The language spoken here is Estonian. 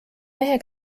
mehe